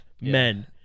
men